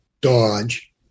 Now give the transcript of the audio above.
Dodge